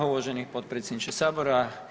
Uvaženi potpredsjedniče Sabora.